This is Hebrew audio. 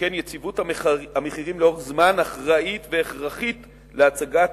שכן יציבות המחירים לאורך זמן אחראית והכרחית להשגת